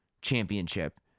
Championship